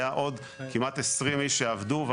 היו עוד כמעט 20 איש שעבדו.